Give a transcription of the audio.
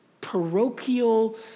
parochial